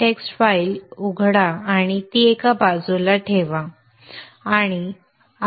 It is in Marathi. txt फाईल उघडा आणि ती एका बाजूला ठेवा आणि